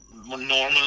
normal